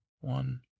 One